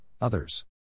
others